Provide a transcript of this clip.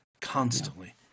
constantly